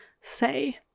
say